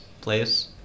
place